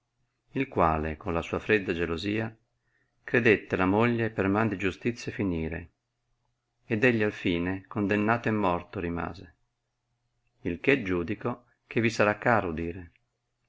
il quale con la sua fredda gelosia credette la moglie per man di giustizia finire ed egli al fine condennato e morto rimase il che giudico che vi sarà caro udire